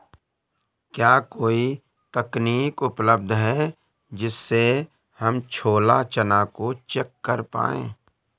क्या कोई तकनीक उपलब्ध है जिससे हम छोला चना को चेक कर पाए?